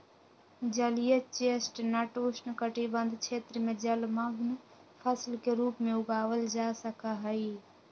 जलीय चेस्टनट उष्णकटिबंध क्षेत्र में जलमंग्न फसल के रूप में उगावल जा सका हई